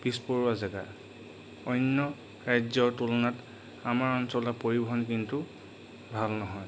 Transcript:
পিছপৰুৱা জেগা অন্য ৰাজ্যৰ তুলনাত আমাৰ অঞ্চলৰ পৰিবহণ কিন্তু ভাল নহয়